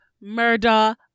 murder